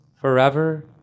forever